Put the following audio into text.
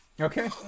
okay